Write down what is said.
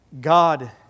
God